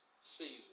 season